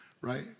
Right